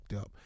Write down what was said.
up